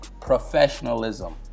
Professionalism